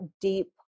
deep